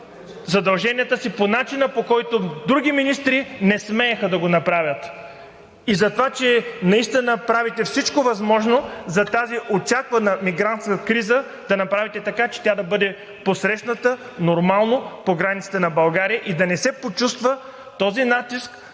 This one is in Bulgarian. задълженията си по начина, по който други министри не смееха да го направят, за това, че наистина правите всичко възможно за тази очаквана мигрантска криза да направите така, че тя да бъде посрещната нормално по границите на България и да не се почувства този натиск